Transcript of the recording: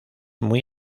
muy